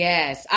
Yes